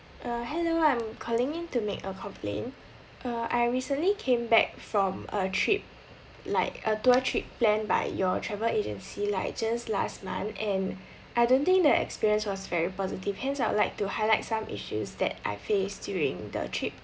uh hello I'm calling in to make a complaint uh I recently came back from a trip like a tour trip planned by your travel agency like just last month and I don't think the experience was very positive hence I would like to highlight some issues that I face during the trip